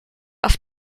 auf